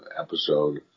episode